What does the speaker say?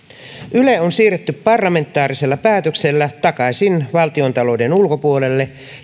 yle on siirretty parlamentaarisella päätöksellä takaisin valtiontalouden ulkopuolelle